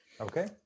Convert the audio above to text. Okay